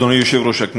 אדוני היושב-ראש,